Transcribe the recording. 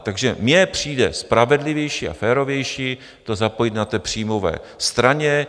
Takže mně přijde spravedlivější a férovější to zapojit na té příjmové straně.